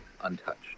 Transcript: untouched